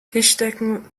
tischdecken